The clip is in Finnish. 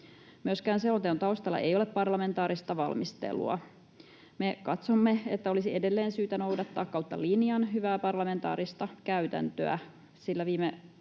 Myöskään selonteon taustalla ei ole parlamentaarista valmistelua. Me katsomme, että olisi edelleen syytä noudattaa kautta linjan hyvää parlamentaarista käytäntöä, sillä vielä viime